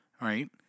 Right